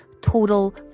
total